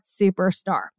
superstar